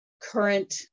current